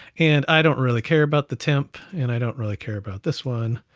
and i don't really care about the temp, and i don't really care about this one.